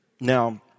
Now